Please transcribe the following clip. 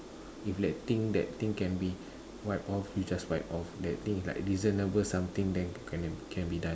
if that thing that thing can be wipe off you just wipe off that thing is like reasonable something then can can be done